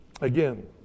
again